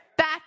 back